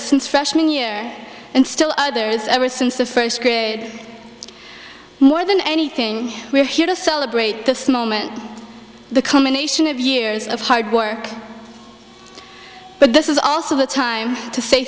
since freshman year and still others ever since the first grade more than anything we're here to celebrate this moment the culmination of years of hard work but this is also the time to say